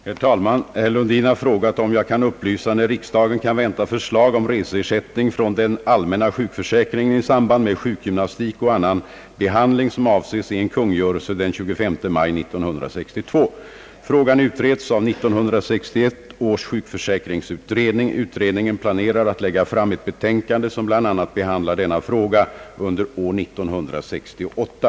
Herr talman! Herr Lundin har frågat, om jag kan upplysa när riksdagen Frågan utreds av 1961 års sjukförsäkringsutredning. Utredningen planerar att lägga fram ett betänkande, som bl.a. behandlar denna fråga, under år 1968.